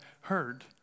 heard